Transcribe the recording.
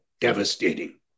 devastating